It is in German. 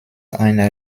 einer